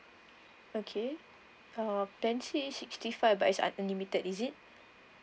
okay uh plan C is sixty five but is unlimited is it